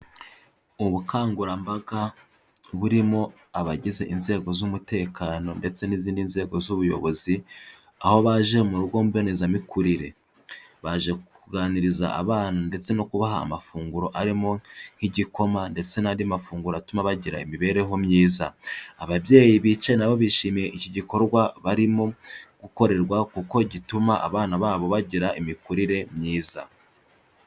Ubukangurambaga burimo abagize inzego z'umutekano ndetse n'izindi nzego z'ubuyobozi, aho baje mu rugo mbonezamikurire. Baje kuganiriza abana ndetse no kubaha amafunguro arimo nk'igikoma ndetse n'andi mafunguro atuma bagira imibereho myiza. Ababyeyi bicaye na bo bishimiye iki gikorwa barimo gukorerwa kuko gituma abana babo bagira imikurire myiza.